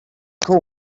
call